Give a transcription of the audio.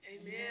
Amen